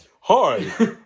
hi